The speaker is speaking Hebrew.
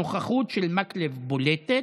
הנוכחות של מקלב בולטת,